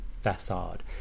facade